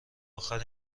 اخر